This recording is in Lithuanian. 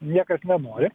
niekas nenori